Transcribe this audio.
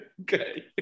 Okay